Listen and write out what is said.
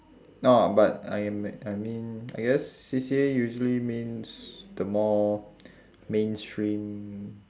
orh but I me~ I mean I guess C_C_A usually means the more mainstream